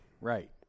Right